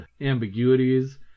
ambiguities